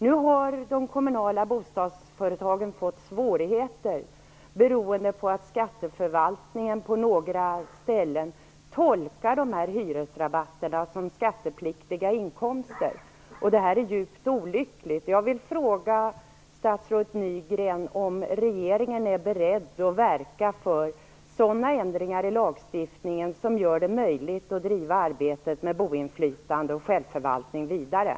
Nu har de kommunala bostadsföretagen fått svårigheter, beroende på att skatteförvaltningen på några ställen tolkar de här hyresrabatterna som skattepliktiga inkomster. Det här är djupt olyckligt.